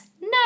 no